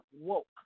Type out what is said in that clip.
woke